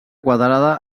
quadrada